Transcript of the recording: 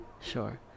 Sure